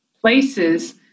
places